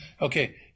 Okay